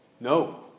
No